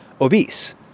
obese